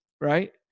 right